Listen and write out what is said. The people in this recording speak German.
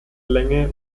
länge